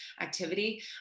activity